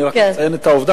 אני רק מציין את העובדה,